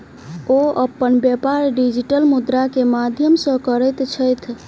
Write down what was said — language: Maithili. ओ अपन व्यापार डिजिटल मुद्रा के माध्यम सॅ करैत छथि